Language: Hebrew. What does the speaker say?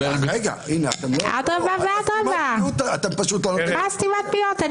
מה סתימת פיות?